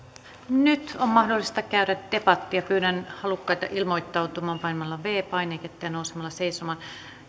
nyt on mahdollista käydä debattia pyydän halukkaita ilmoittautumaan painamalla viides painiketta ja nousemalla seisomaan